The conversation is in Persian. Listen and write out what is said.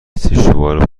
سشوار